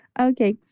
Okay